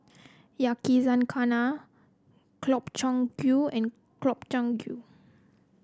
Yakizakana Gobchang Gui and Gobchang Gui